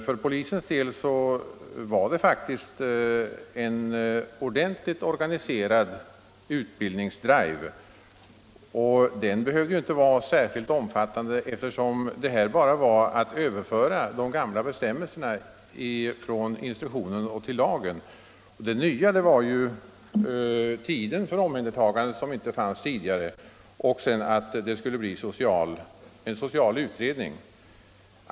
För polisens del var det faktiskt en ordentligt organiserad utbildningsdrive, och den behövde ju inte vara särskilt omfattande, eftersom det här bara gällde att överföra de gamla bestämmelserna från instruktionen till lagen. Det nya var tiden för omhändertagandet, som inte fanns tidigare, och vidare att det skulle bli en social utredning.